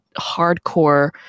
hardcore